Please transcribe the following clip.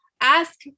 Ask